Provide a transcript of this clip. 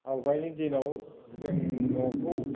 आगोलनि दिनाव जों न'खौ